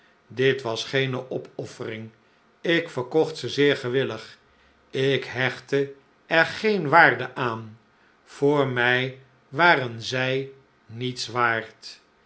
dit was geene opoffering ik verkocht ze zeer gewillig ik hechtte er geene waarde aan voor mij waren zij niets waard